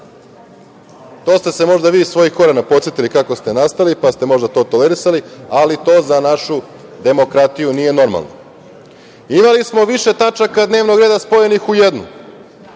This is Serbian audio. To ste se možda vi svojih korena podsetili kako ste nastali, pa ste možda to tolerisali, ali to za našu demokratiju nije normalno. Imali smo više tačaka dnevnog reda spojenih u jednu,